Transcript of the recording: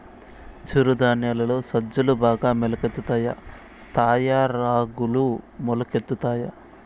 చిరు ధాన్యాలలో సజ్జలు బాగా మొలకెత్తుతాయా తాయా రాగులు మొలకెత్తుతాయా